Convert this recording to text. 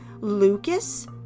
Lucas